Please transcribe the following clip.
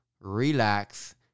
relax